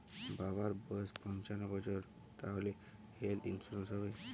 বাবার বয়স পঞ্চান্ন বছর তাহলে হেল্থ ইন্সুরেন্স হবে?